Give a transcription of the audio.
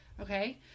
Okay